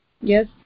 Yes